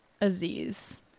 aziz